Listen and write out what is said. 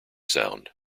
sound